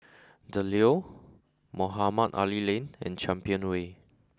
the Leo Mohamed Ali Lane and Champion Way